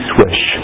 Swish